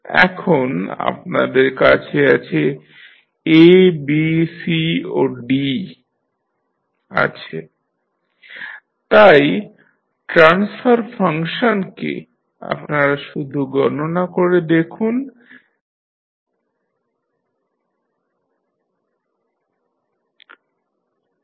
এখন আপনাদের কাছে A B C ও D আছে তাই ট্রান্সফার ফাংশনকে আপনারা শুধু গণনা করে দেখুন CsI A 1BD